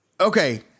okay